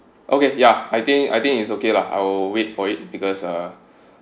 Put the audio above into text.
okay ya I think I think it's okay lah I'll wait for it because uh